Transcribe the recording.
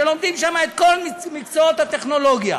שלומדים בהם את כל מקצועות הטכנולוגיה